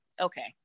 okay